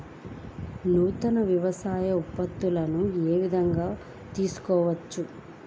నూతన వ్యవసాయ ఉత్పత్తులను ఏ విధంగా తెలుసుకోవచ్చు?